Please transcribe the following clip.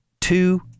two